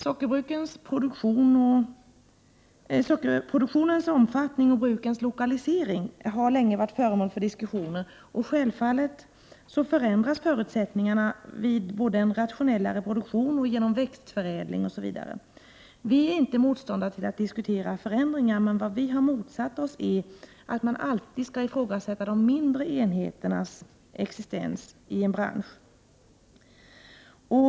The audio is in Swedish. Sockerproduktionens omfattning och brukens lokalisering har länge varit föremål för diskussioner. Självfallet förändras förutsättningarna vid en rationellare produktion, genom växtförädling osv. Vi är inte motståndare till att diskutera förändringar, men det vi har motsatt oss är att man alltid skall ifrågasätta de mindre enheternas existens i en bransch.